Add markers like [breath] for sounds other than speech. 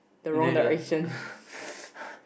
then you just [breath]